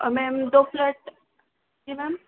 ma'am दो plot जी ma'am